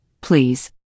please